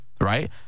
right